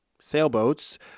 sailboats